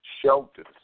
shelters